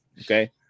okay